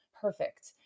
perfect